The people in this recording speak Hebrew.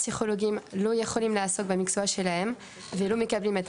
הפסיכולוגים לא יכולים לעבוד במקצוע שלהם ולא מקבלים את